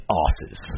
asses